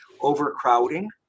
overcrowding